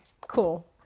cool